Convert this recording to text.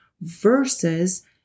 versus